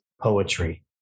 poetry